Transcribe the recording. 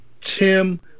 Tim